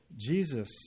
Jesus